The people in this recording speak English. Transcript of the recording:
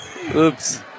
Oops